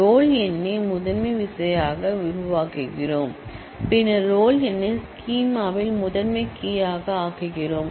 role எண்ணை முதன்மை கீயாக உருவாக்குகிறோம் பின்னர் ரோல் எண்ணை ஸ்கீமாவில் முதன்மை கீ யாக ஆக்குகிறோம்